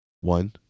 one